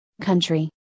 country